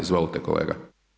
Izvolite kolega.